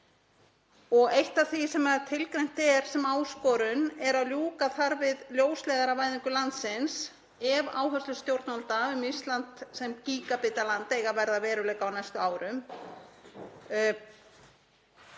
Eitt af því sem tilgreint er sem áskorun er að ljúka þurfi við ljósleiðaravæðingu landsins ef áherslur stjórnvalda um Ísland sem gígabitaland eigi að verða að veruleika á næstu árum.